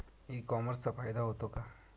E कॉमर्सचा फायदा होतो का?